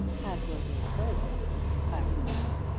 had will been her brother, clara thought,